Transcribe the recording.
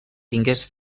tingués